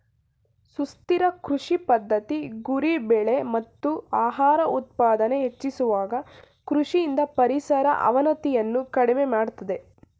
ಸುಸ್ಥಿರ ಕೃಷಿ ಪದ್ಧತಿ ಗುರಿ ಬೆಳೆ ಮತ್ತು ಆಹಾರ ಉತ್ಪಾದನೆ ಹೆಚ್ಚಿಸುವಾಗ ಕೃಷಿಯಿಂದ ಪರಿಸರ ಅವನತಿಯನ್ನು ಕಡಿಮೆ ಮಾಡ್ತದೆ